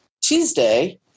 Tuesday